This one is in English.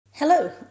Hello